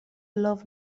love